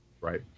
Right